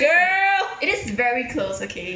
girl